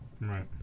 Right